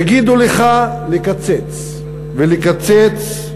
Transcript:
יגידו לך לקצץ ולקצץ,